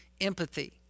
empathy